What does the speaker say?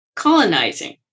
Colonizing